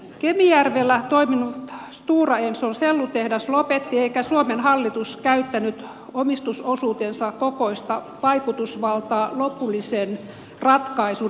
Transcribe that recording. kemijärvellä toiminut stora enson sellutehdas lopetti eikä suomen hallitus käyttänyt omistusosuutensa kokoista vaikutusvaltaa lopullisen ratkaisun estämiseksi